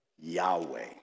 Yahweh